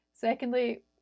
Secondly